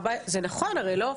זה הרי נכון, לא?